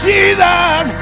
Jesus